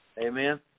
Amen